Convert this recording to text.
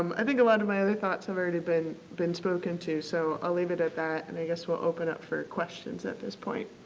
um i think a lot of my other thoughts have already been been spoken to. so, i'll leave it at that and i guess we'll open up for questions at this point.